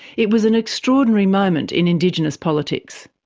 it was an extraordinary moment in indigenous politics.